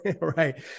Right